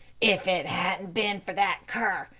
if it hadn't been for that cur,